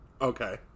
Okay